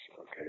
Okay